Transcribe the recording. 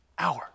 hour